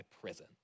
prison